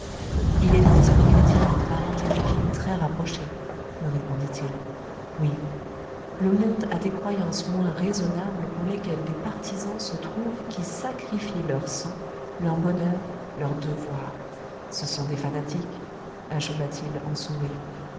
il est des esprits chrétiens d'une parenté divine très rapprochée me répondit-il oui le monde a des croyances moins raisonnables pour lesquelles des partisans se trouvent qui sacrifient leur sang leur bonheur leur devoir ce sont des fanatiques acheva t il en souriant